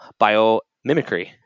biomimicry